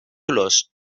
olors